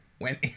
went